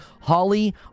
Holly